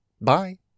Bye